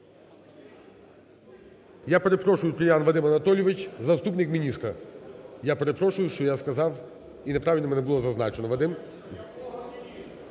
Я перепрошую, що я сказав, і неправильно мене було зазначено,